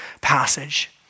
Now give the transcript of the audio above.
passage